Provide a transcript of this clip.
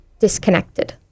disconnected